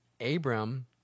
Abram